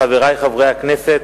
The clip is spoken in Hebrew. חברי חברי הכנסת,